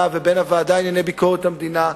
ובין הוועדה לענייני ביקורת המדינה,